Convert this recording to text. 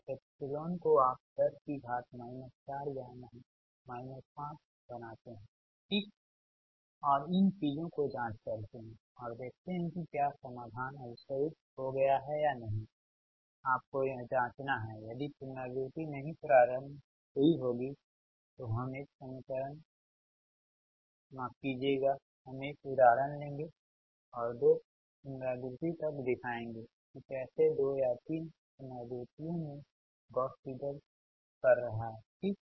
तो एप्सिलॉन को आप 10 की घात माइनस 4 या माइनस 5 बनाते हैं ठीक और इन चीजों को जाँच करते हैं और देखते हैं कि क्या समाधान अभिसरित हो गया है या नहीं आपको यह जाँचना है यदि पुनरावृत्ति नहीं प्रारंभ हुई होगी है तो हम एक उदाहरण लेंगे और 2 पुनरावृत्ति तक दिखायेंगे कि कैसे 2 या 3 पुनरावृत्तियों में गॉस सिडल कर रहा है ठीक